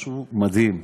משהו מדהים.